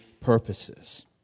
purposes